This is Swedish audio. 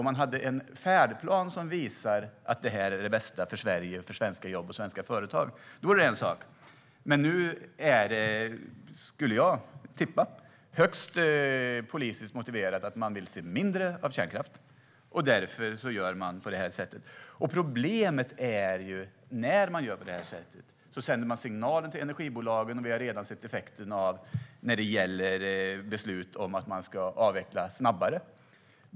Om man hade en färdplan som visar att detta är det bästa för Sverige, för svenska jobb och för svenska företag vore det en sak. Men nu skulle jag tippa att det är högst politiskt motiverat att man vill se mindre av kärnkraft, och därför gör man på det här sättet. Problemet är att man sänder signaler till energibolagen när man gör på det här sättet. Vi har redan sett effekten när det gäller beslut om att man ska avveckla snabbare.